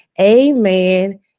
Amen